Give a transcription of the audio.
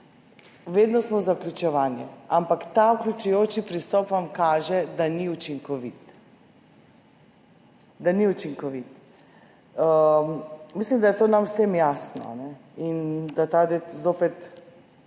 vedno smo za vključevanje, ampak ta vključujoči pristop vam kaže, da ni učinkovit. Da ni učinkovit. Mislim, da je to nam vsem jasno, in zopet